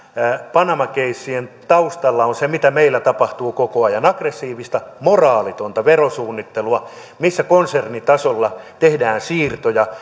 panama keissien taustalla on se mitä meillä tapahtuu koko ajan aggressiivista moraalitonta verosuunnittelua missä konsernitasolla tehdään siirtoja